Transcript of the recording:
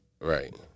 right